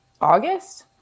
August